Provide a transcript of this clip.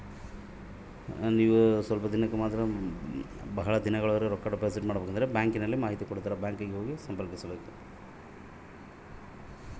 ನಾನು ಸ್ವಲ್ಪ ದಿನಕ್ಕ ಮತ್ತ ಬಹಳ ದಿನಗಳವರೆಗೆ ರೊಕ್ಕ ಡಿಪಾಸಿಟ್ ಮಾಡಬೇಕಂದ್ರ ಎಲ್ಲಿ ಮಾಹಿತಿ ಕೊಡ್ತೇರಾ?